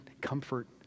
comfort